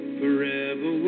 forever